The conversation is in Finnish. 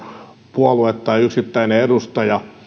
puolue tai yksittäinen edustaja